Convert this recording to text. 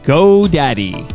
GoDaddy